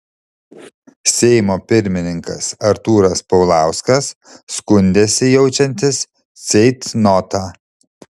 seimo pirmininkas artūras paulauskas skundėsi jaučiantis ceitnotą